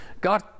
God